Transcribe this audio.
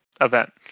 event